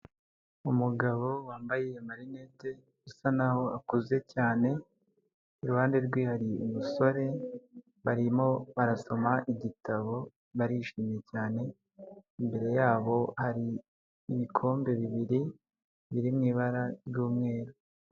Umugabo wambaye amarinete usa naho akuze cyane, iruhande rwewi hari umusore barimo barasoma igitabo barishimye cyane, imbere yabo hari ibikombe bibiri biri mu ibara ry'umweru.